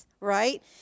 right